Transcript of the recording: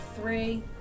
three